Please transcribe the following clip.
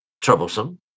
troublesome